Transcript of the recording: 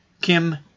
Kim